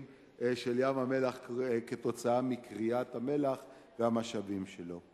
של ים-המלח כתוצאה מכריית המלח והמשאבים שלו.